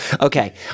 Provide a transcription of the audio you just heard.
Okay